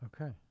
Okay